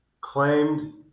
claimed